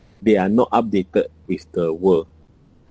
they are not updated with the world